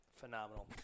phenomenal